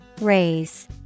Raise